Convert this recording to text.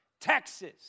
Texas